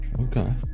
Okay